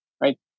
right